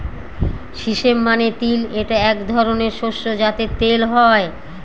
sesame মানে তিল এটা এক ধরনের শস্য যাতে তেল হয়